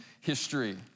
history